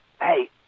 Hey